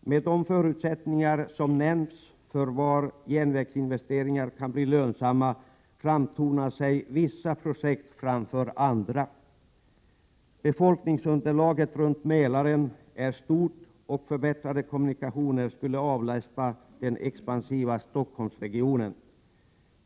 Med de förutsättningar som nämnts då det gäller var järnvägsinvesteringar kan bli lönsamma framträder vissa projekt framför andra. Befolkningsunderlaget runt Mälaren är stort, och förbättrade kommunikationer skulle avlasta den expansiva Stockholmsregionen.